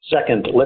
Second